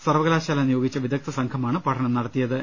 സർവകലാശാല നിയോഗിച്ച വിദഗ്ദ്ധസംഘമാണ് പഠനം നടത്തിയത്